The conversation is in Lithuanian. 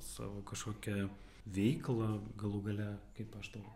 savo kažkokią veiklą galų gale kaip aš tau